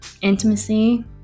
intimacy